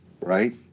right